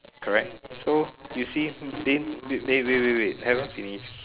correct so you see they they wait wait wait wait haven't finish